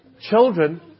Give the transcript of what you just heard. Children